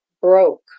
broke